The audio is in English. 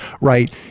Right